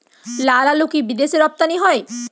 লালআলু কি বিদেশে রপ্তানি হয়?